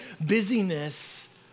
busyness